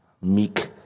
meek